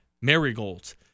Marigold's